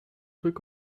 trucs